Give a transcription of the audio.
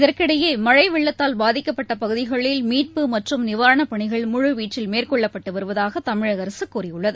இதற்கிடையே மழைவெள்ளத்தால் பாதிக்கப்பட்டபகுதிகளில் மீட்பு மற்றும் நிவாரணப் பணிகள் முழுவீச்சில் மேற்கொள்ளப்பட்டுவருவதாகதமிழகஅரசுகூறியுள்ளது